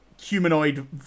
humanoid